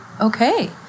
Okay